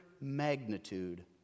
magnitude